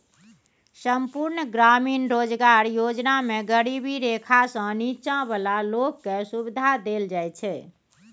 संपुर्ण ग्रामीण रोजगार योजना मे गरीबी रेखासँ नीच्चॉ बला लोक केँ सुबिधा देल जाइ छै